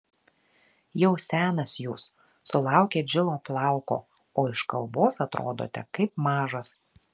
jau senas jūs sulaukėt žilo plauko o iš kalbos atrodote kaip mažas